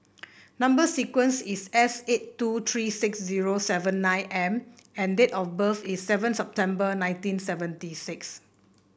number sequence is S eight two three six zero seven nine M and date of birth is seven September nineteen seventy six